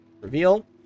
reveal